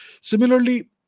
similarly